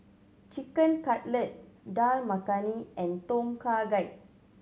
Chicken Cutlet Dal Makhani and Tom Kha Gai